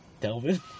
Delvin